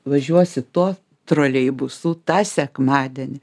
važiuosi tuo troleibusu tą sekmadienį